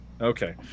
Okay